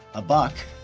a buck.